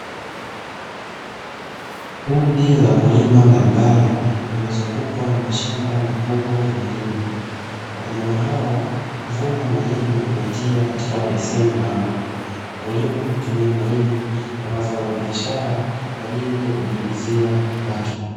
Kundi la wakulima mbalimbali iliyozungukwa na mashamba makubwa ya mahindi, wakulima hao wakivuna mahindi na kuyatia katika mabeseni maalumu, wakulima hutumia mahindi kama zao la biashara kwa ajili ya kujiingizia kipato.